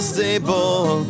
Stable